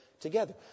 Together